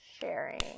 sharing